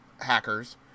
hackers